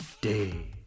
day